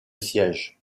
siège